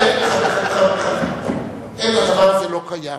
מה עוד שזה חוק, אין, הדבר הזה לא קיים.